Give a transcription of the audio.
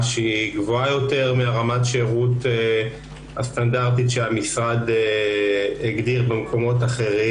שהיא גבוהה יותר מרמת השירות הסטנדרטית שהמשרד הגדיר במקומות אחרים,